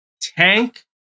Tank